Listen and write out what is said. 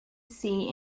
see